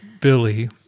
Billy